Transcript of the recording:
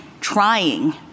trying